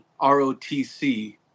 ROTC